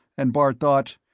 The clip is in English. and bart thought,